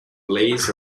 plays